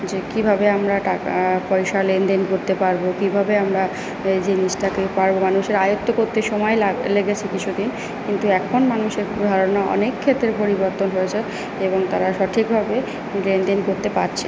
যে কীভাবে আমরা টাকা পয়সা লেনদেন করতে পারব কীভাবে আমরা এই জিনিসটাকে পারব মানুষের আয়ত্ত করতে সময় লাগ লেগেছে কিছু দিন কিন্তু এখন মানুষের ধারণা অনেক ক্ষেত্রে পরিবর্তন হয়েছে এবং তারা সঠিকভাবে লেনদেন করতে পারছে